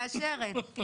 מאשרת.